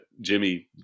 Jimmy